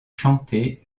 chanté